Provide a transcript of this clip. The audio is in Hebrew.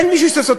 אין מי שסותר.